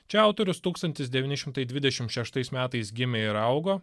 čia autorius tūkstantis devyni šimtai dvidešimt šeštais metais gimė ir augo